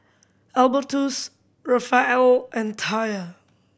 Albertus Rafael and Taya